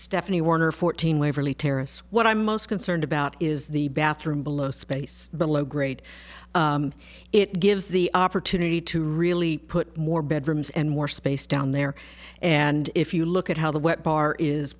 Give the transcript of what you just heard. stephanie warner fourteen waverly terrace what i'm most concerned about is the bathroom below space below grade it gives the opportunity to really put more bedrooms and more space down there and if you look at how the wet bar is